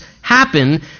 happen